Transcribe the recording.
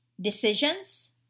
decisions